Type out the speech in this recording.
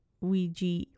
Ouija